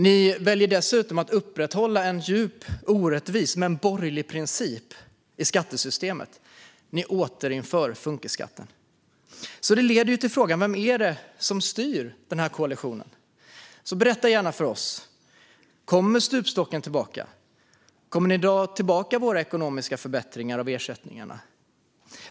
Ni väljer dessutom att upprätthålla en djupt orättvis men borgerlig princip i skattesystemet när ni återinför funkisskatten. Det leder till frågan: Vem är det som styr den här koalitionen? Berätta gärna för oss om stupstocken kommer tillbaka och om ni kommer att dra tillbaka våra ekonomiska förbättringar av ersättningarna.